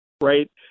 right